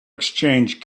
exchange